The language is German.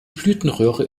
blütenröhre